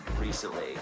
recently